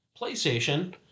PlayStation